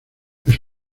les